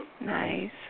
Nice